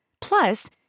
Plus